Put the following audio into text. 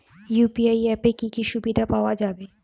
UPI অ্যাপে কি কি সুবিধা পাওয়া যাবে?